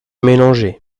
mélanger